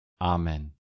Amen